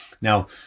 Now